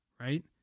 Right